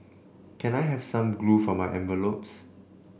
can I have some glue for my envelopes